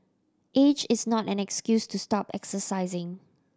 age is not an excuse to stop exercising